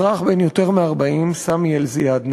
אזרח בן יותר מ-40, סאמי א-זיאדנה,